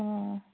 ꯑꯣ